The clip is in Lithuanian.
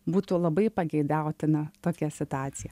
būtų labai pageidautina tokia situacija